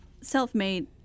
Self-made